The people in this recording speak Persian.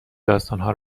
داستانها